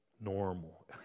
normal